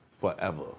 forever